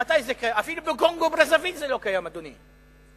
אפילו בקונגו-ברזוויל זה לא קיים, אדוני.